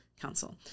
Council